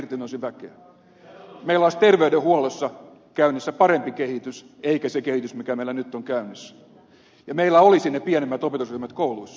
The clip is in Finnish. meillä olisi terveydenhuollossa käynnissä parempi kehitys eikä se kehitys joka meillä nyt on käynnissä ja meillä olisi ne pienemmät opetusryhmät kouluissa